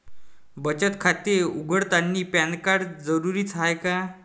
बचत खाते उघडतानी पॅन कार्ड जरुरीच हाय का?